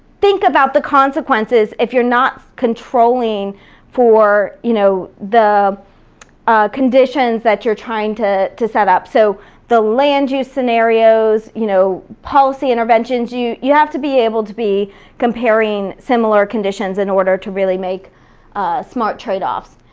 think about the consequences if you're not controlling for you know the ah conditions that you're trying to to set up. so the land use scenarios, you know policy interventions, you you have to be able to be comparing similar conditions in order to really make smart trade-offs.